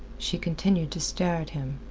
she continued to stare at him.